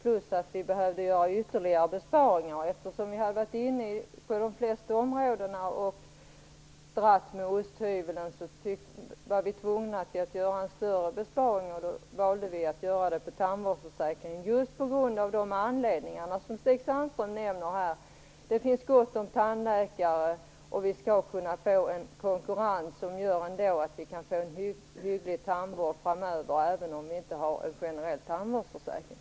Dessutom behövde vi göra ytterligare besparingar, och eftersom vi hade varit inne på de flesta områden med osthyveln var vi tvungna att göra en större besparing. Då valde vi att göra det på tandvårdsförsäkringen, just av de anledningar som Stig Sandström nämnde här: Det finns gott om tandläkare, och vi skall kunna få en konkurrens som gör att vi ändå kan få en hygglig tandvård framöver, även om vi inte har en generell tandvårdsförsäkring.